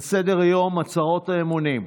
על סדר-היום, הצהרות האמונים.